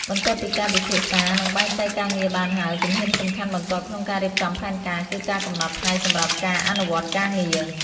បន្ទាប់ពីការពិភាក្សា និងបែងចែកការងារបានហើយ ជំហានសំខាន់បន្ទាប់ក្នុងការរៀបចំផែនការគឺការកំណត់ថ្ងៃសម្រាប់ការអនុវត្តការងារ។